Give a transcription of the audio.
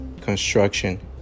construction